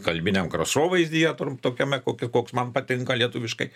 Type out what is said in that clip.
kalbiniam kraštovaizdyje tokiame kokį koks man patinka lietuviškai